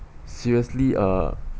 seriously uh